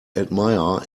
admire